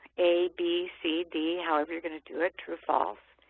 a, b, c, d, however you're going to do it, true false,